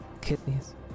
...kidneys